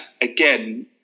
again